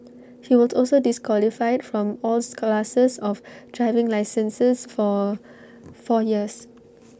he was also disqualified from alls classes of driving licenses for four years